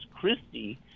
Christie